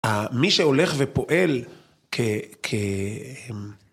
א... מי שהולך ופועל כ... כ...